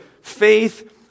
faith